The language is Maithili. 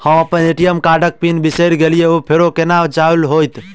हम अप्पन ए.टी.एम कार्डक पिन बिसैर गेलियै ओ फेर कोना चालु होइत?